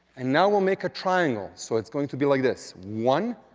and now we'll make a triangle, so it's going to be like this one,